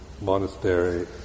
monastery